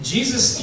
Jesus